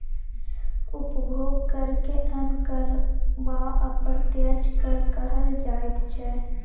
उपभोग करकेँ अन्य कर वा अप्रत्यक्ष कर कहल जाइत छै